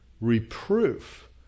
Reproof